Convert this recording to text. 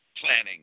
planning